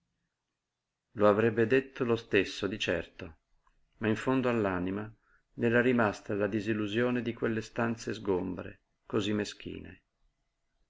lo avrebbe detto lo stesso di certo ma in fondo all'anima le era rimasta la disillusione di quelle stanze sgombre cosí meschine